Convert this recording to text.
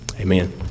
Amen